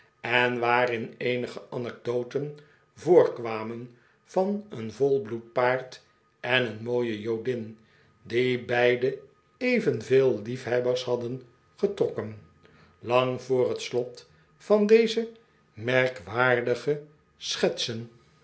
en waarin eenige anecdoten voorkwamen van een volbloed paard en een mooie jodin die beide evenveel liefhebbers hadden getrokken lang voor het slot van deze merkwaardige schetsen